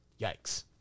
Yikes